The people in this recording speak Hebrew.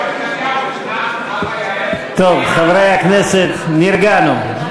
נתניהו, טוב, חברי הכנסת, נרגענו.